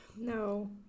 No